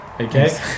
Okay